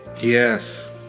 Yes